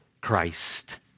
Christ